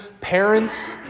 parents